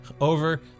over